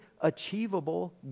achievable